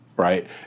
Right